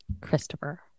Christopher